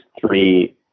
three